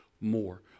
more